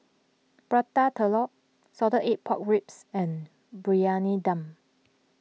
Prata Telur Salted Egg Pork Ribs and Briyani Dum